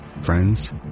Friends